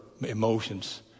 emotions